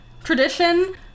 tradition